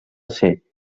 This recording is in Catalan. ser